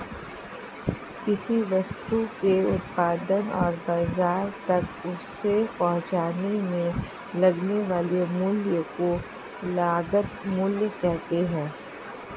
किसी वस्तु के उत्पादन और बाजार तक उसे पहुंचाने में लगने वाले मूल्य को लागत मूल्य कहते हैं